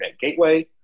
Gateway